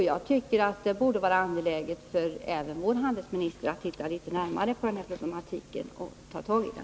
Jag tycker att det borde vara angeläget även för vår handelsminister att se litet närmare på den här problematiken och ta tag i den.